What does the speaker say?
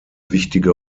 wichtige